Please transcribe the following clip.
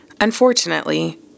Unfortunately